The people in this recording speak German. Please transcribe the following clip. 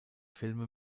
filme